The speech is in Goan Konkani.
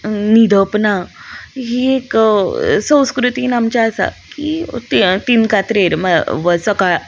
न्हिदप ना ही एक संस्कृतीन आमच्या आसा की ति तीन कात्रेर म्ह व सकाळ